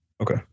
Okay